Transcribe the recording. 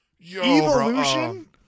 Evolution